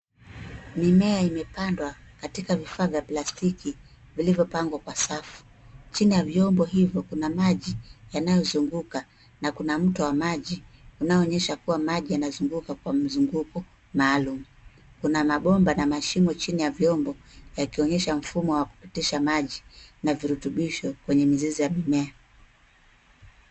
Mimea imepandwa katika vifaa vya plastiki vilivyopangwa kwa safu, chini ya vyombo hivyo kuna maji yanayo yanayozunguka na kuna mto wa maji unayoonyesha kuwa maji yanazunguka kwa mzunguko maalum. Kuna mabomba na mashimo chini ya vyombo yakionyesha mfumo wa kupitisha maji na virutibisho kwenye mzizi wa mimea.